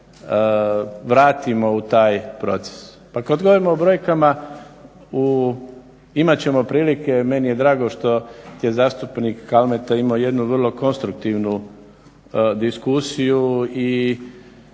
imat ćemo prilike, meni je drago što je zastupnik Kalmeta imao jednu vrlo konstruktivnu diskusiju i